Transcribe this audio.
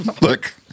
Look